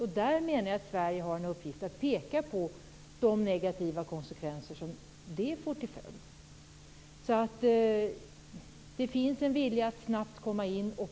Jag menar att Sverige har en uppgift i att peka på de negativa konsekvenser som det får till följd. Det finns en vilja att snabbt komma in.